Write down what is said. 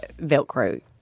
Velcro